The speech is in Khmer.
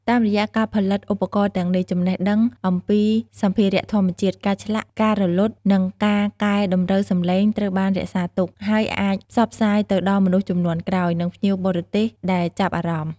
តាមរយៈការផលិតឧបករណ៍ទាំងនេះ ចំណេះដឹងអំពីសម្ភារៈធម្មជាតិ ការឆ្លាក់ ការលត់ និងការកែតម្រូវសម្លេងត្រូវបានរក្សាទុក ហើយអាចផ្សព្វផ្សាយទៅដល់មនុស្សជំនាន់ក្រោយ និងភ្ញៀវបរទេសដែលចាប់អារម្មណ៍។